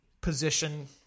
position